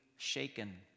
shaken